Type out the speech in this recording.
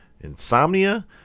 insomnia